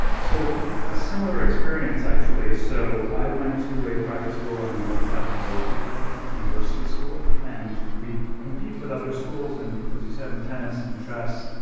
so a similar experience, actually. so i went to a private school on the north side of milwaukee called university school. and we'd compete with other schools in, as you said, in tennis and chess.